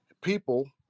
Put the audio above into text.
people